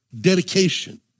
dedication